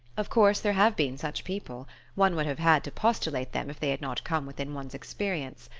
of course there have been such people one would have had to postulate them if they had not come within one's experience.